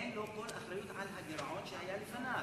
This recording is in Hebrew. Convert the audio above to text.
אין לו כל אחריות לגירעון שהיה לפניו,